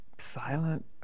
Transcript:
silent